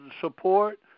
support